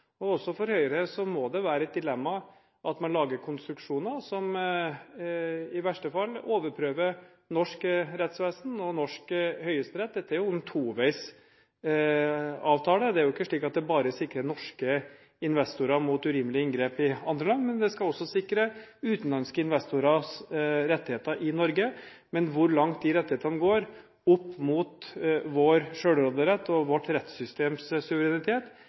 Også for Høyre må det være et dilemma at man lager konstruksjoner som i verste fall overprøver norsk rettsvesen og Norges Høyesterett. Dette er en toveisavtale. Det er ikke slik at den bare sikrer norske investorer mot urimelige inngrep i andre land, den skal også sikre utenlandske investorers rettigheter i Norge. Men hvor langt de rettighetene går når det gjelder vår selvråderett og vårt rettssystems suverenitet,